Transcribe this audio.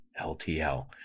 LTL